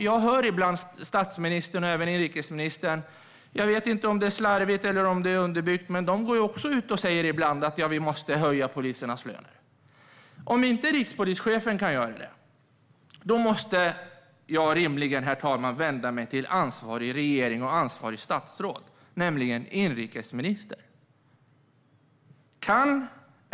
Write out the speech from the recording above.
Jag hör ibland statsministern och även inrikesministern gå ut och säga att vi måste höja polisernas löner. Jag vet inte om det är slarvigt eller underbyggt. Om inte rikspolischefen kan göra det måste jag rimligen, herr talman, vända mig till ansvarig regering och ansvarigt statsråd, nämligen inrikesministern.